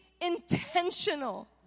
intentional